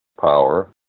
power